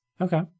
Okay